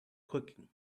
cooking